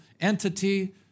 entity